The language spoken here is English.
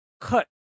cut